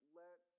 let